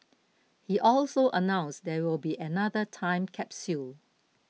he also announced there will be another time capsule